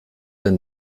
anne